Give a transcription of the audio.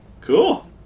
Cool